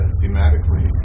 thematically